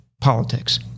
politics